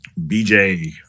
BJ